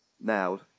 now